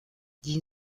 jin